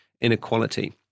inequality